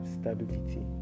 stability